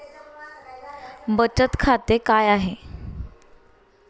बचत खाते काय आहे?